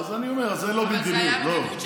אז אני אומר, זו לא מדיניות, לא.